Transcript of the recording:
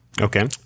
Okay